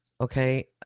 Okay